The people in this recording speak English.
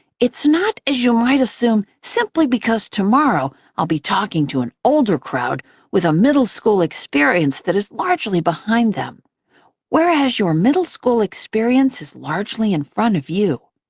it's not, as you might assume, simply because tomorrow i'll be talking to an older crowd with a middle-school experience that is largely behind them whereas your middle-school experience is largely in front of you.